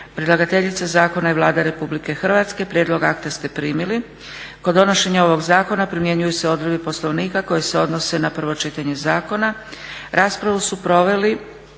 Predlagateljica zakona je Vlada Republike Hrvatske. Prijedlog akta ste primili. Kod donošenja ovog zakona primjenjuju se odredbe Poslovnika koje se odnose na prvo čitanje zakona.